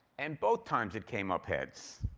and both times it came up heads.